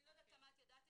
ואת יודעת את זה,